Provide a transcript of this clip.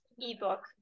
ebook